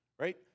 right